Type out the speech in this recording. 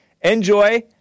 Enjoy